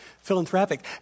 Philanthropic